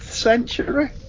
century